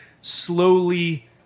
slowly